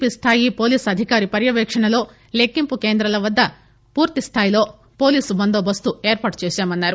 P స్లాయి police అధికారి పర్యవేక్షణలో లెక్కింపు కేంద్రాల వద్ద పూర్తి స్టాయిలో పోలీస్ బందోబస్తు ఎర్పాటు చేశామన్నారు